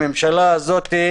הממשלה הזאת,